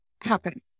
happen